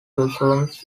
blossoms